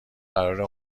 قراره